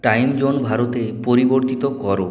time zone ভারতে পরিবর্তিত করো